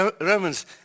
Romans